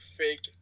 fake